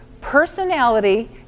personality